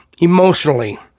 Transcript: emotionally